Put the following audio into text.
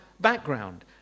background